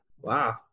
Wow